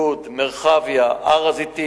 בלוד ובמרחביה.